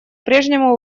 прежнему